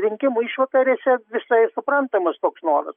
rinkimų išvakarėse visai suprantamas toks noras